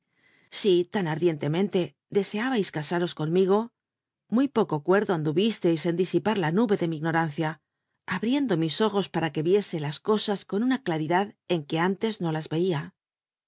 si tan ardientemente deseábais casaros conmigo muv poco cuerdo anduvisteis en cli i par la nube de mi ignorancia ahril'ndu m i ojo para que vic c las cosas con una claridad ton que itn tc no las eia